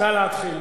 נא להתחיל.